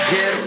Get